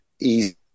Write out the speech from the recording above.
easy